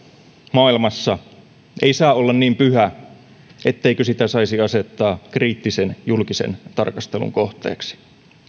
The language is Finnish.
maailmassa ei saa olla niin pyhä etteikö sitä saisi asettaa kriittisen julkisen tarkastelun kohteeksi